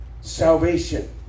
Salvation